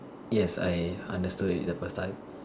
yes I understood it the first time